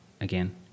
Again